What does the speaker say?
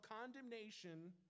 condemnation